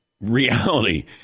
reality